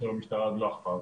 המשטרה עוד לא אכפה.